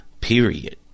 period